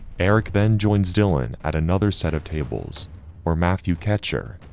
eric then joins dylan at another set of tables where matthew catcher,